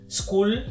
school